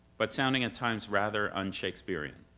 but sounding at times rather unshakespearean.